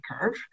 curve